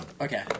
Okay